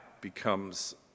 becomes